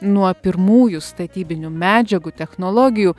nuo pirmųjų statybinių medžiagų technologijų